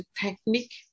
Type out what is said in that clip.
technique